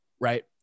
right